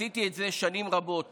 עשיתי את זה שנים רבות